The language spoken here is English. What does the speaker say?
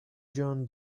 john